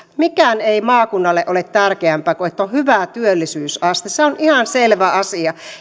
mikään ei maakunnalle ole tärkeämpää kuin että on hyvä työllisyysaste se on ihan selvä asia